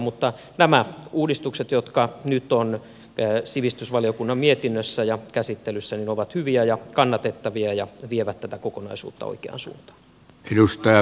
mutta nämä uudistukset jotka nyt ovat sivistysvaliokunnan mietinnössä ja käsittelyssä ovat hyviä ja kannatettavia ja vievät tätä kokonaisuutta oikeaan suuntaan